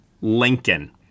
Lincoln